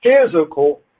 Physical